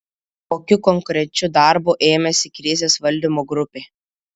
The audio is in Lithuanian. kokių konkrečių darbų ėmėsi krizės valdymo grupė